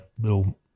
little